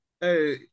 hey